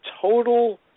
total